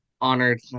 honored